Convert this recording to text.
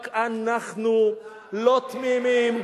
רק אנחנו לא תמימים,